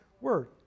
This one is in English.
Word